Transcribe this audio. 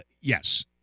yes